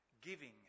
Giving